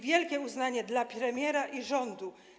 Wielkie uznanie dla premiera i rządu.